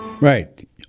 Right